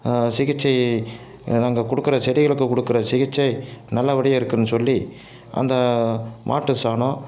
சிகிச்சை நாங்க கொடுக்குற செடிகளுக்கு கொடுக்குற சிகிச்சை நல்லபடியாக இருக்குன்னு சொல்லி அந்த மாட்டு சாணம்